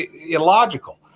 illogical